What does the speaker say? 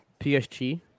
PSG